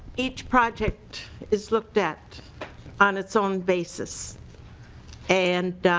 each project is look at on its own basis and